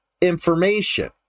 information